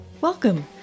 Welcome